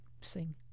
sing